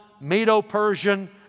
Medo-Persian